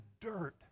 dirt